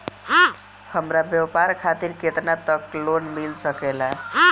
हमरा व्यापार खातिर केतना तक लोन मिल सकेला?